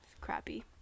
crappy